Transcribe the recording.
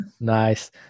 Nice